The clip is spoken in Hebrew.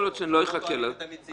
ולא תואמים את המציאות.